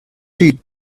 teeth